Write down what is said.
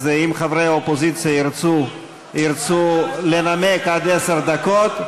אז אם חברי האופוזיציה ירצו לנמק עד עשר דקות,